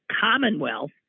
Commonwealth